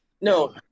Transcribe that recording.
No